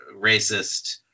racist